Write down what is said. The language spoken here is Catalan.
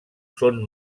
són